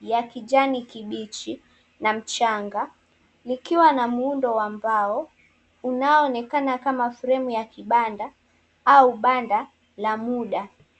ya kijani kibichi na mchanga. Likiwa na muundo wa mbao unaoonekana kama sehemu ya kibanda au banda la muda.